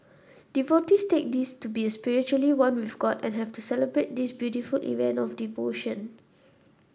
devotees take this to be a spiritually one with god and have to celebrate this beautiful event of devotion